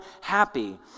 happy